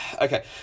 okay